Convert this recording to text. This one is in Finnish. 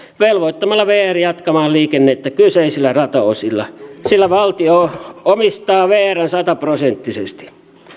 velvoittamalla vr jatkamaan liikennettä kyseisillä rataosuuksilla sillä valtio omistaa vrn sataprosenttisesti